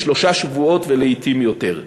לשלושה שבועות ולעתים יותר.